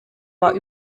war